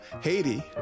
Haiti